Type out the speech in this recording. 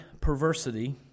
perversity